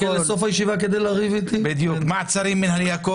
מעצרים מינהליים,